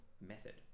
method